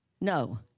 No